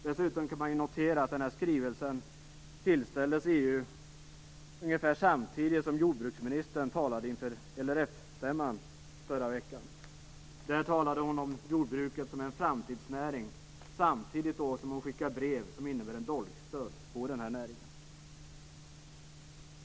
Dessutom tillställdes EU skrivelsen ungefär samtidigt som jordbruksministern förra veckan talade inför LRF-stämman. Där talade hon om jordbruket som en framtidsnäring, men samtidigt skickade hon ett brev som innebär en dolkstöt för den här näringen.